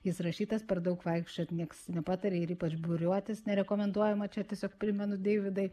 jis rašytas per daug vaikščioti niekas nepatarė ir ypač būriuotis nerekomenduojama čia tiesiog primenu deividai